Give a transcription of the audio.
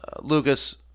Lucas